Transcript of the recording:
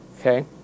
okay